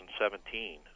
2017